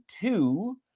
two